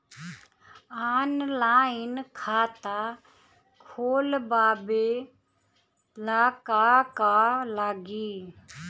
Online खाता खोलबाबे ला का का लागि?